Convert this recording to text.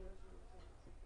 אנחנו שמים את המדבקות,